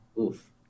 Oof